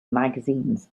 magazines